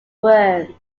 worms